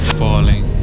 falling